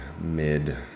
mid